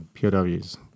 POWs